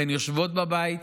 הן יושבות בבית,